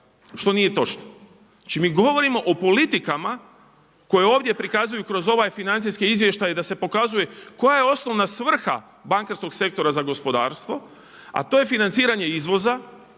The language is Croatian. što nije točno. Znači mi govorimo o politikama koje ovdje prikazuju kroz ovaj financijski izvještaj da se pokazuje koja je osnovna svrha bankarskog sektora za gospodarstvo, a to je financiranje izvoza,